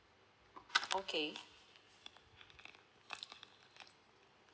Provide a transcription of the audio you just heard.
okay